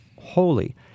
holy